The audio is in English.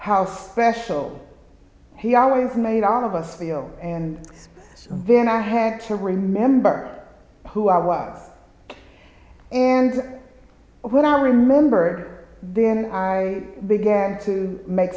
how special he always made all of us feel and then i had to remember who i was and what i remembered then i began to make